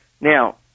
Now